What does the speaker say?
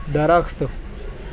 درخت